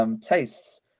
tastes